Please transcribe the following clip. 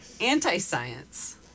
Anti-science